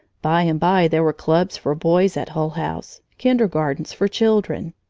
by and by there were clubs for boys at hull house, kindergartens for children,